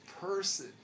person